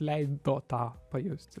leido tą pajusti